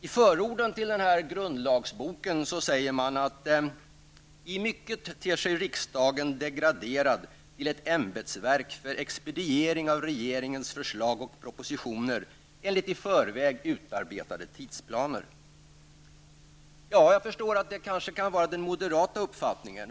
I förordet till denna grundlagsbok säger man att ''I mycket ter sig riksdagen degraderad till ett ämbetsverk för expediering av regeringens förslag och propositioner enligt i förväg utarbetade tidsplaner''. Jag förstår att det kan vara den moderata uppfattningen.